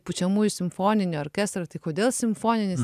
pučiamųjų simfoninį orkestrą tai kodėl simfoninis